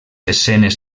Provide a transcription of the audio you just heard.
escenes